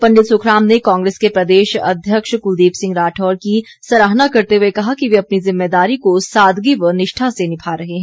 पंडित सुखराम ने कांग्रेस के प्रदेश अध्यक्ष कुलदीप सिंह राठौर की सराहना करते हुए कहा कि वे अपनी ज़िम्मेदारी को सादगी व निष्ठा से निभा रहे हैं